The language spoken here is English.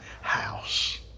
house